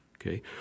Okay